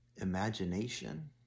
imagination